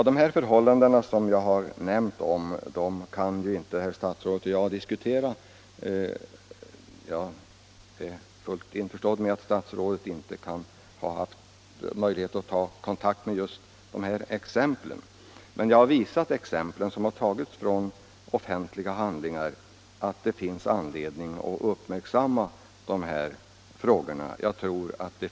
De förhållanden som jag har nämnt kan statsrådet och jag inte diskutera — jag är fullt införstådd med att statsrådet inte har haft möjlighet att studera just dessa exempel. Men jag har med exemplen, som har tagits från offentliga handlingar, visat att det finns anledning att uppmärksamma dessa frågor.